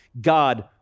God